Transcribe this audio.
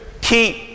keep